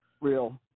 real